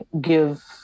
give